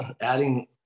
adding